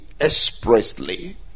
expressly